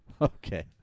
Okay